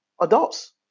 Adults